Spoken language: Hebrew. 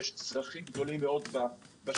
יש צרכים גדולים מאוד בשטח,